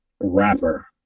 rapper